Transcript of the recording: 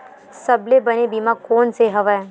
सबले बने बीमा कोन से हवय?